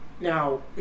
Now